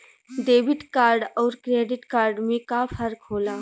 Debit card अउर credit card में का फर्क होला?